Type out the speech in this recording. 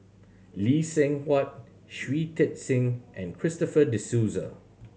Lee Seng Huat Shui Tit Sing and Christopher De Souza